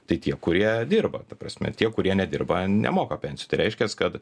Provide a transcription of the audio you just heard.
tai tie kurie dirba ta prasme tie kurie nedirba nemoka pensijų tai reiškias kad